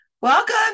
Welcome